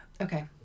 Okay